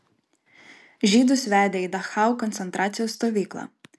žydus vedė į dachau koncentracijos stovyklą